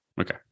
okay